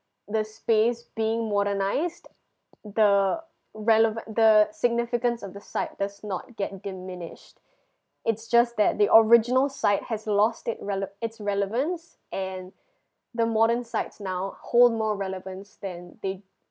the space being modernized the releva~ the significance of the site does not get diminished it's just that the original site has lost it rele~ it's relevance and the modern sites now hold more relevance than they